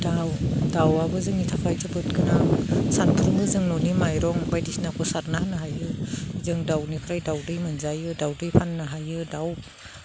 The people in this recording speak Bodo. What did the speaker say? दाउआबो जोंनि थाखाय जोबोद गोनां सानफ्रोमबो जों न'नि माइरं बायदिसिनाखौ सारना होनो हायो जों दाउनिफ्राय दाउदै मोनजायो दाउदै फाननो हायो दाउ